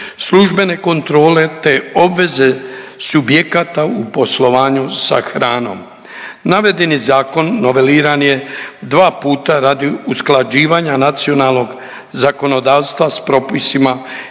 službene kontrole te obveze subjekata u poslovanju sa hranom. Navedeni zakon noveliran je 2 puta radi usklađivanja nacionalnog zakonodavstva s propisima EU